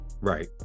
Right